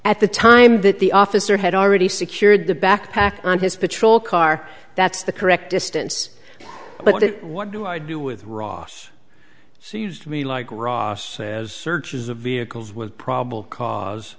at the time that the officer had already secured the backpack on his patrol car that's the correct distance but it what do i do with ross so used to be like ross says searches of vehicles with probable cause